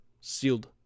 sealed